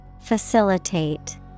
Facilitate